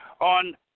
on